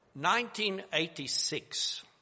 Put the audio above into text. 1986